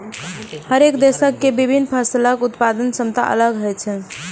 हरेक देशक के विभिन्न फसलक उत्पादन क्षमता अलग अलग होइ छै